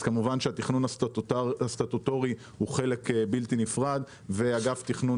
אז כמובן שהתכנון הסטטוטורי הוא חלק בלתי נפרד ואגף תכנון